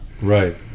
Right